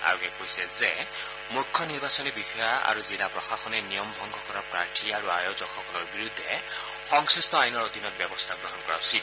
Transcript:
আয়োগে কৈছে যে মুখ্য নিৰ্বাচনী বিষয়া আৰু জিলা প্ৰশাসনে নিয়ম ভংগ কৰা প্ৰাৰ্থী আৰু আয়োজকসকলৰ বিৰুদ্ধে সংশ্লিষ্ট আইনৰ অধীনত ব্যৱস্থা গ্ৰহণ কৰা উচিত